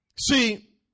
See